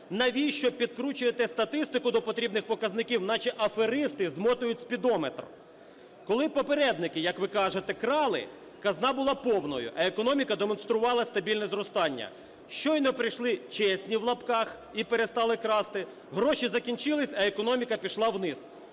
Навіщо підкручуєте статистику до потрібних показників, наче аферисти змотують спідометр? Коли попередники, як ви кажете, крали, казна була повною, а економіка демонструвала стабільне зростання. Щойно прийшли "чесні" (в лапках) і перестали красти, гроші закінчились, а економіка пішла вниз.